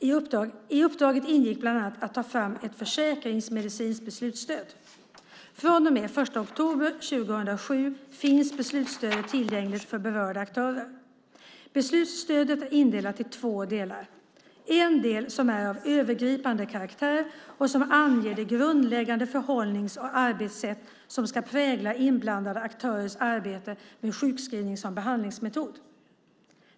I uppdraget ingick bland annat att ta fram ett försäkringsmedicinskt beslutsstöd. Från och med den 1 oktober 2007 finns beslutsstödet tillgängligt för berörda aktörer. Beslutsstödet är indelat i två delar. En del är av övergripande karaktär och anger de grundläggande förhållnings och arbetssätt som ska prägla inblandade aktörers arbete med sjukskrivning som behandlingsmetod.